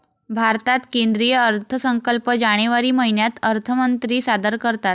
भारतात केंद्रीय अर्थसंकल्प जानेवारी महिन्यात अर्थमंत्री सादर करतात